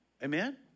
Amen